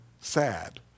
sad